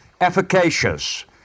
efficacious